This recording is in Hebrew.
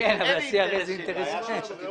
אבל